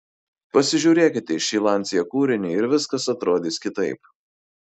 pasižiūrėkite į šį lancia kūrinį ir viskas atrodys kitaip